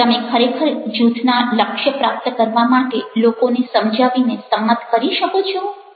શું તમે ખરેખર જૂથના લક્ષ્ય પ્રાપ્ત કરવા માટે લોકોને સમજાવીને સંમત કરી શકો છો